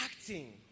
acting